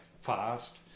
fast